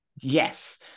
yes